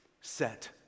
set